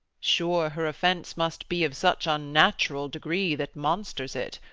sure her offence must be of such unnatural degree that monsters it,